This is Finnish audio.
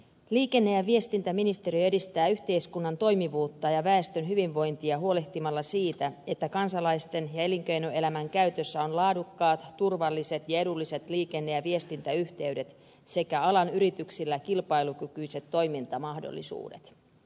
liikenne ja viestintäministeriö edistää yhteiskunnan toimivuutta ja väestön hyvinvointia huolehtimalla siitä että kansalaisten ja elinkeinoelämän käytössä on laadukkaat turvalliset ja edulliset liikenne ja viestintäyhteydet sekä alan yrityksillä kilpailukykyiset toimintamahdollisuudet